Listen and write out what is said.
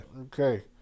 okay